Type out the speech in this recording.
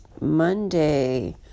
Monday